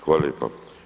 Hvala lijepa.